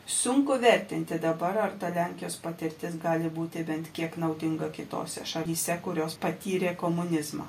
sunku vertinti dabar ar ta lenkijos patirtis gali būti bent kiek naudinga kitose šalyse kurios patyrė komunizmą